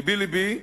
לבי לבי